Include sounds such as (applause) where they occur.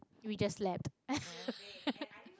we just slept (laughs)